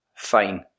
Fine